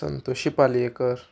Santoshi Palyekar